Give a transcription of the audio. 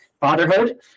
fatherhood